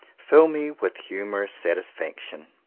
fill me with humourous satis faction.